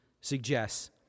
suggests